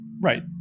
Right